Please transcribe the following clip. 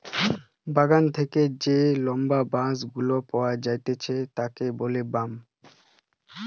বাগান থেকে যে লম্বা বাঁশ গুলা পাওয়া যাইতেছে তাকে বলে বাম্বু